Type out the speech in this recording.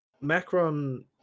macron